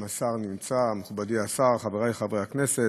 אם השר נמצא, מכובדי השר, חברי חברי הכנסת,